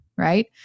right